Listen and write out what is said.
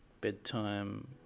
bedtime